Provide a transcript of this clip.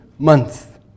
month